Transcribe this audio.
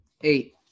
eight